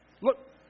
Look